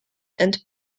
and